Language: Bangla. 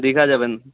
দীঘা যাবেন